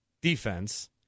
defense